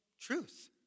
truth